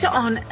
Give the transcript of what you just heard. on